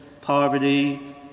poverty